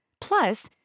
Plus